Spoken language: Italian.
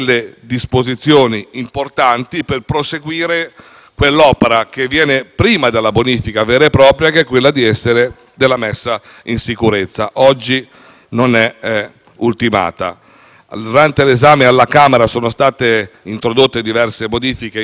quell'opera che viene prima della bonifica vera e propria; mi riferisco alla messa in sicurezza che oggi non è ultimata. Durante l'esame alla Camera sono state introdotte diverse modifiche, inerenti anche alla gestione della discarica